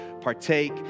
partake